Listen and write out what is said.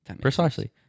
Precisely